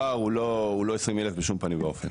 הפער הוא לא 20 אלף בשום פנים ואופן.